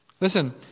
Listen